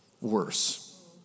worse